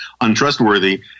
untrustworthy